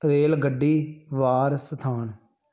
ਰੇਲਗੱਡੀ ਵਾਰ ਸਥਾਨ